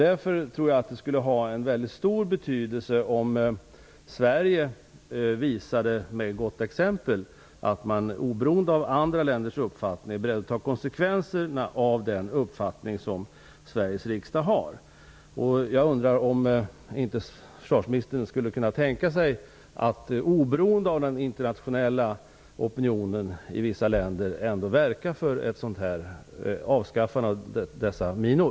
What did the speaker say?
Därför skulle det nog ha en väldigt stor betydelse om Sverige genom ett gott exempel visade att man oberoende av andra länders uppfattningar är beredd att ta konsekvenserna av den uppfattning som Sveriges riksdag har. Jag undrar om försvarsministern, oberoende av den internationella opinionen, inte skulle kunna tänka sig att ändå verka för ett avskaffande av dessa minor.